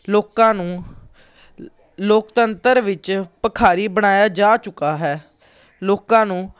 ਲੋਕਾਂ ਨੂੰ ਲੋਕਤੰਤਰ ਵਿੱਚ ਭਿਖਾਰੀ ਬਣਾਇਆ ਜਾ ਚੁੱਕਾ ਹੈ ਲੋਕਾਂ ਨੂੰ